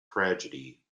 tragedy